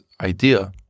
idea